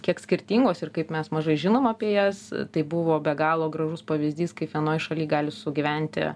kiek skirtingos ir kaip mes mažai žinom apie jas tai buvo be galo gražus pavyzdys kaip vienoj šaly gali sugyventi